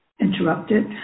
interrupted